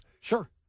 Sure